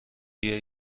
بیا